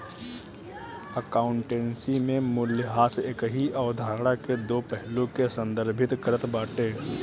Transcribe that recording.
accountancy में मूल्यह्रास एकही अवधारणा के दो पहलू के संदर्भित करत बाटे